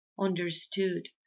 understood